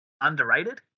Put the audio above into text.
underrated